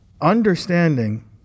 understanding